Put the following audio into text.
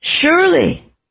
Surely